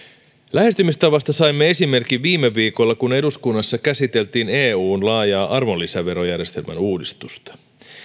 lähestymistavasta saimme esimerkin viime viikolla kun eduskunnassa käsiteltiin eun laajaa arvonlisäverojärjestelmän uudistusta